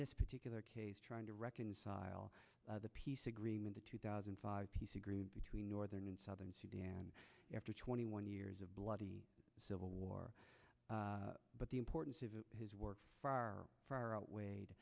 this particular case trying to reconcile the peace agreement of two thousand five piece agreement between northern and southern sudan after twenty one years of bloody civil war but the importance of his work far far outweighed the